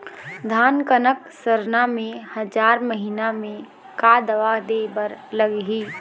धान कनक सरना मे हजार महीना मे का दवा दे बर लगही?